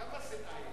מעמד האשה.